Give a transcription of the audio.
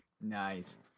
Nice